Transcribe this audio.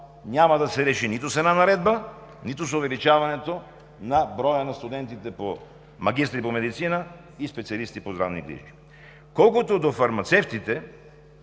няма да се реши нито с една наредба, нито с увеличаването на броя на студентите магистри по медицина и специалисти по здравни грижи. Колкото до фармацевтите,